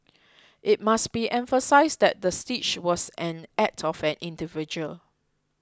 it must be emphasised that the siege was an act of an individual